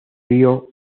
río